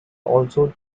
also